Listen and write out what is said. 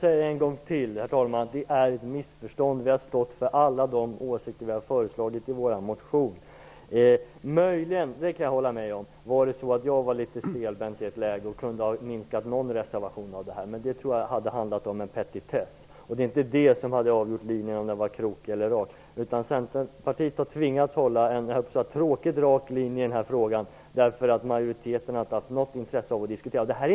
Herr talman! Jag upprepar att det är ett missförstånd. Vi har stått för alla åsikter som vi framför i vår motion. Möjligen - det kan jag hålla med om - var jag litet stelbent i något läge. Någon reservation färre hade det kunnat bli. Jag tror dock att det då hade handlat om en petitess. Det skulle heller inte ha avgjort linjens utseende - om den var krokig eller rak. Centerpartiet har tvingats hålla en, skulle jag nästan vilja säga, tråkigt rak linje i den här frågan, därför att majoriteten inte haft något intresse för en diskussion om detta.